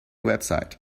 website